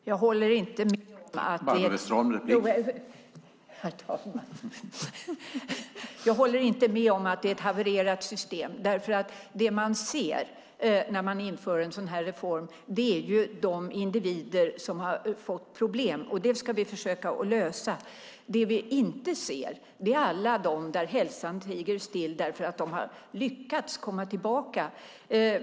Herr talman! Jag håller inte med om att det är ett havererat system. Det man ser när man inför en sådan här reform är de individer som har fått problem. Det ska vi försöka att lösa. Det vi inte ser är alla dem där hälsan tiger still för att de har lyckats komma tillbaka.